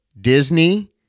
Disney